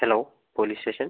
hello police station